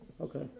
Okay